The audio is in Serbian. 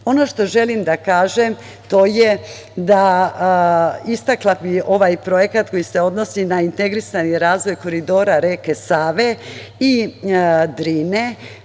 što želim da kažem, to je, istakla bi ovaj projekat koji se odnosi na integrisani razvoj koridora reke Save i Drine.